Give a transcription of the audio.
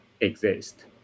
exist